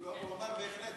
בהחלט.